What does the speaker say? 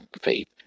faith